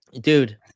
Dude